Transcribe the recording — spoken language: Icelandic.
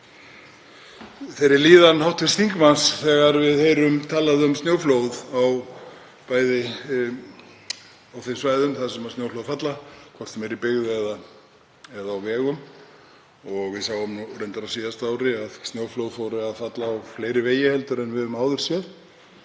þeirri líðan hv. þingmanns þegar við heyrum talað um snjóflóð, á þeim svæðum þar sem snjóflóð falla, hvort sem er í byggð eða á vegum. Við sáum reyndar á síðasta ári að snjóflóð fóru að falla á fleiri vegi en við höfum áður séð.